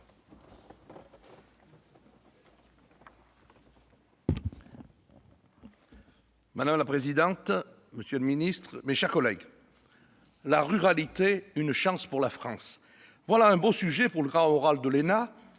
Madame la présidente, monsieur le ministre, mes chers collègues, « La ruralité : une chance pour la France », voilà un beau sujet pour le grand oral de l'ENA,